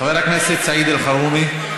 חבר הכנסת סעיד אלחרומי.